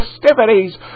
festivities